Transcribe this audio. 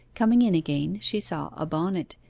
coming in again, she saw a bonnet,